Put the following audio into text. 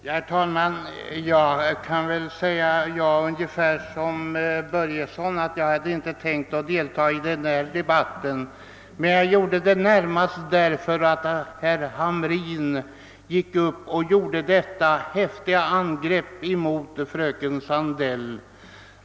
Herr talman! Jag kan säga ungefär som herr Börjesson i Falköping gjorde, att jag hade inte tänkt delta i denna debatt. Jag begärde emellertid ordet närmast för att herr Hamrin i Jönköping gick upp och gjorde detta häftiga angrepp mot fröken Sandell.